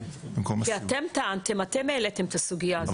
כי אתם טענתם ואתם העליתם את הסוגיה הזאת.